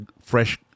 fresh